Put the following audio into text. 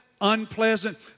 unpleasant